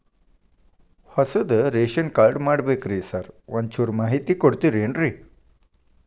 ಹೊಸದ್ ration card ಮಾಡ್ಬೇಕ್ರಿ sir ಒಂಚೂರ್ ಮಾಹಿತಿ ಕೊಡ್ತೇರೆನ್ರಿ?